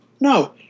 no